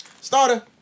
Starter